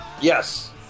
Yes